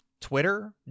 Twitter